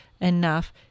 enough